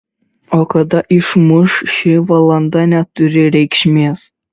o kada išmuš ši valanda neturi reikšmės